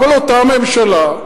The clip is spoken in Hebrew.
אבל אותה ממשלה,